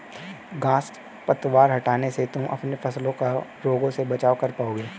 घांस पतवार हटाने से तुम अपने फसलों का रोगों से बचाव कर पाओगे